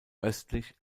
östlich